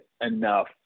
enough